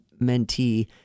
mentee